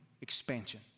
expansion